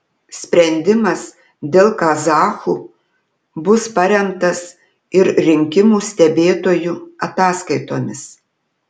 sprendimas dėl kazachų bus paremtas ir rinkimų stebėtojų ataskaitomis